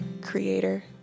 creator